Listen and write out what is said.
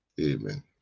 Amen